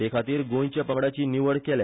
ते खातीर गोंयच्या पंगडाची निवड केल्या